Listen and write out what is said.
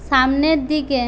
সামনের দিকে